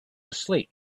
asleep